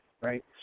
right